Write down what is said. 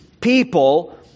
people